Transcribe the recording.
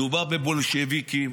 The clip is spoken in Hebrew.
מדובר בבולשביקים,